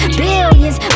billions